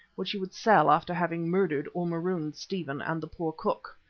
which he would sell after having murdered or marooned stephen and the poor cook.